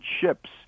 ships